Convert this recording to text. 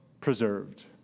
preserved